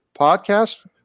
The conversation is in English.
podcast